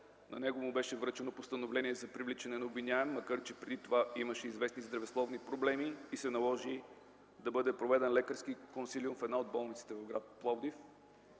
на него му беше връчено постановление за привличане на обвиняем, макар че преди това имаше известни здравословни проблеми и се наложи да бъде проведен лекарски консилиум в една от болниците в гр. Пловдив.